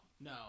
no